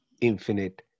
infinite